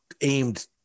aimed